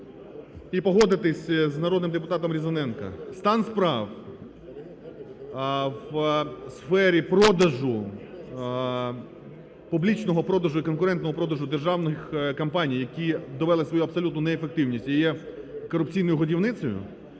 і погодитися з народним депутатом Різаненко. Стан справ у сфері продажу, публічного продажу і конкурентного продажу державних компаній, які довели свою абсолюту неефективність і є корупційною годівницею,